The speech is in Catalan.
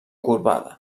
corbada